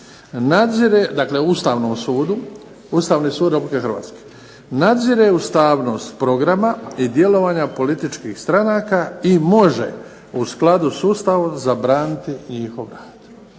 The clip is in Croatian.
dakle Ustavnom sudu, Ustavni sud RH: "Nadzire ustavnost programa i djelovanja političkih stranaka i može u skladu s Ustavom zabraniti njihov rad."